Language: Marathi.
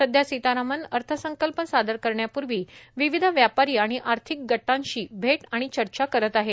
सध्या सीतारामन् अर्थसंकल्प सादर करण्यापूर्वी विविध व्यापारी आणि आर्थिक गटांशी थेट चर्चा करत आहे